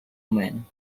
man